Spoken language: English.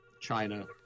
China